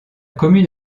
commune